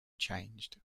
changed